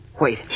Wait